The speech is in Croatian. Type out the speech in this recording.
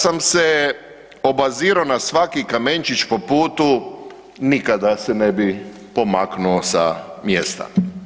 Da sam se obazirao na svaki kamenčić po putu, nikada se ne bi pomaknuo sa mjesta.